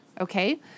Okay